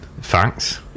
Thanks